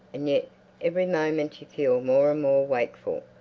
and yet every moment you feel more and more wakeful,